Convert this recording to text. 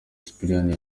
sipiriyani